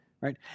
right